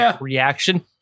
reaction